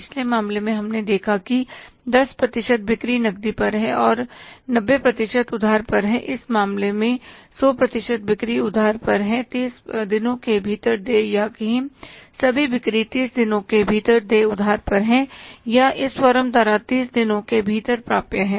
पिछले मामले में हमने देखा कि 10 प्रतिशत बिक्री नकदी पर है और 90 प्रतिशत उधार पर इस मामले में 100 प्रतिशत बिक्री उधार पर है 30 दिनों के भीतर देय या कहें कि सभी बिक्री 30 दिनों के भीतर देय उधार पर हैं या इस फर्म द्वारा 30 दिनों के भीतर प्राप्य है